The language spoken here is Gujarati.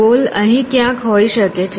ગોલ અહીં કયાંક હોઈ શકે છે